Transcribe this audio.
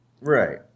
Right